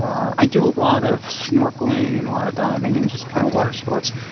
i do a lot of snorkeling and a lot of diving and just kind of watersports,